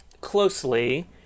closely